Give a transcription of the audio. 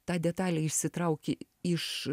tą detalę išsitrauki iš